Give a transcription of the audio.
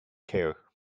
care